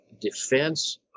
defense